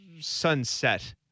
sunset